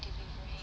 delivery